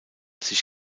sich